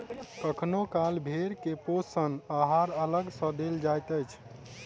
कखनो काल भेंड़ के पोषण आहार अलग सॅ देल जाइत छै